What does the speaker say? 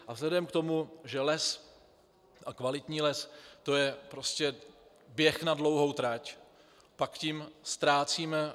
A vzhledem k tomu, že les, kvalitní les, to je prostě běh na dlouhou trať, pak tím velmi ztrácíme.